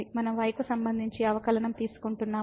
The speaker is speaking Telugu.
మనం y కు సంబంధించి అవకలనం తీసుకుంటున్నాము